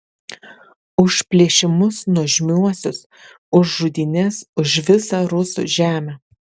už plėšimus nuožmiuosius už žudynes už visą rusų žemę